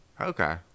Okay